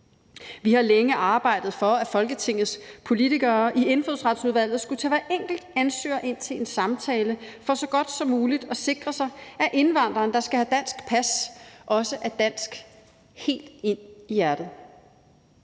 Vi har længe arbejdet for, at Folketingets politikere i Indfødsretsudvalget skulle tage hver enkelt ansøger ind til en samtale for så godt som muligt at sikre sig, at indvandreren, der skal have dansk pas, også er dansk helt ind i hjertet.